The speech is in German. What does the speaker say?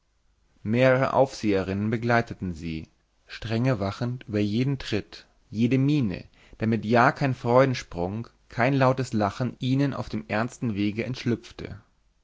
mehrere aufseherinnen begleiteten sie strenge wachend über jeden tritt jede miene damit ja kein freudensprung kein lautes lachen ihnen auf dem ernsten wege entschlüpfte